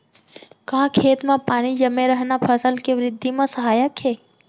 का खेत म पानी जमे रहना फसल के वृद्धि म सहायक हे?